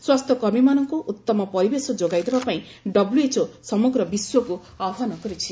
ସ୍ୱାସ୍ଥ୍ୟକର୍ମୀମାନଙ୍କୁ ଉତ୍ତମ ପରିବେଶ ଯୋଗାଇଦେବା ପାଇଁ ଡବ୍ଲ୍ୟଏଚ୍ଓ ସମଗ୍ର ବିଶ୍ୱକୁ ଆହ୍ୱାନ କରିଛି